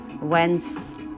whence